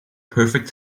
perfect